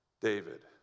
David